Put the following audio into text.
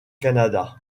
canada